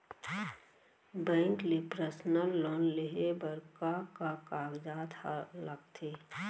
Bank ले personal loan लेये बर का का कागजात ह लगथे?